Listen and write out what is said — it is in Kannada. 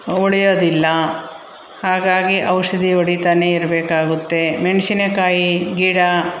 ಉಳಿಯೋದಿಲ್ಲ ಹಾಗಾಗಿ ಔಷಧಿ ಹೊಡಿತಾನೇ ಇರಬೇಕಾಗುತ್ತೆ ಮೆಣ್ಸಿನಕಾಯಿ ಗಿಡ